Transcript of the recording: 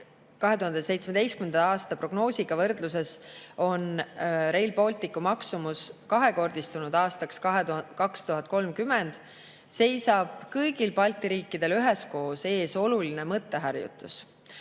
2017. aasta prognoosiga on Rail Balticu maksumuse kahekordistunud aastaks 2030, seisab kõigil Balti riikidel üheskoos ees oluline mõtteharjutus: